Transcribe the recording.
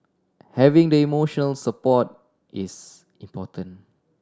having the emotional support is important